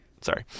Sorry